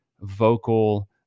vocal